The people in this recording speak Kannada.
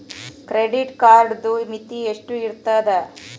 ಕ್ರೆಡಿಟ್ ಕಾರ್ಡದು ಮಿತಿ ಎಷ್ಟ ಇರ್ತದ?